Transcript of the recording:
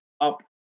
up